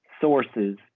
sources